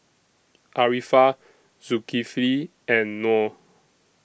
Arifa Zulkifli and Nor